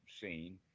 seen